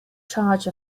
charge